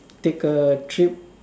take a trip